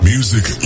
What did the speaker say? Music